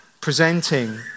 Presenting